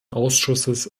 ausschusses